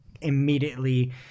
immediately